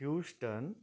Houston